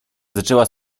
zaczęła